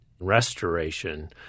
restoration